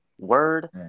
word